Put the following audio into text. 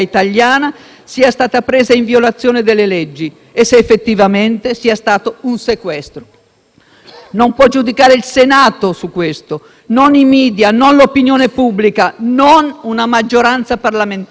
Non può giudicare il Senato su questo, non i *media*, non l'opinione pubblica, non una maggioranza parlamentare. Colleghe e colleghi, il voto cui siamo chiamati domani è questo: